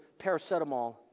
paracetamol